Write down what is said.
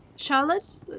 Charlotte